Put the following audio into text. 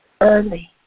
early